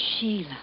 Sheila